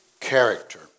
character